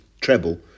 treble